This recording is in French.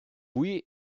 puis